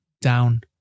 down